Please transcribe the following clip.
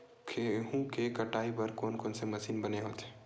गेहूं के कटाई बर कोन कोन से मशीन बने होथे?